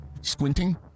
Squinting